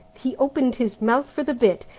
he opened his mouth for the bit,